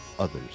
others